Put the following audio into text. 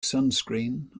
sunscreen